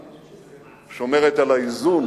שומרת על האיזון